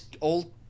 old